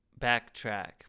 backtrack